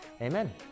Amen